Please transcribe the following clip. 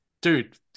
dude